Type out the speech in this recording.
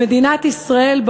במדינת ישראל,